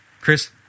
Chris